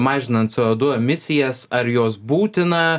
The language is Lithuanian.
mažinant co du emisijas ar jos būtina